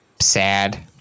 Sad